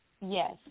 Yes